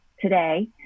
today